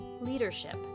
Leadership